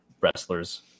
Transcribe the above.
wrestlers